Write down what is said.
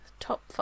top